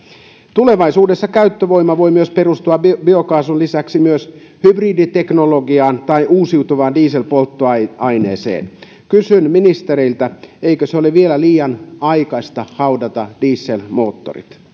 tulevaisuudessa käyttövoima voi perustua biokaasun lisäksi myös hybriditeknologiaan tai uusiutuvaan dieselpolttoaineeseen kysyn ministeriltä eikö ole vielä liian aikaista haudata dieselmoottorit